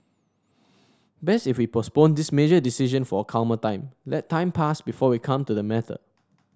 best if we postponed this major decision for a calmer time let time pass before we come to the matter